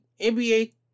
NBA